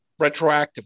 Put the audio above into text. retroactively